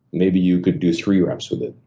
maybe you could do three reps with it,